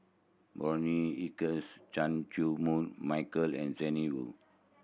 Bonny Hicks Chan Chew Koon Michael and Zhang Hui